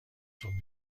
صبح